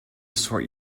sort